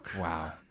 Wow